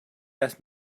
asked